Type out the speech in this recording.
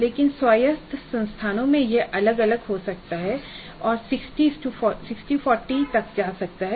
लेकिन स्वायत्त संस्थानों में यह अलग अलग हो सकता है और 6040 तक जा सकता है